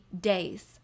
days